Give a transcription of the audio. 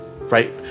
right